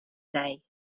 day